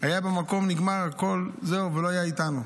הוא היה נגמר במקום ולא היה איתנו.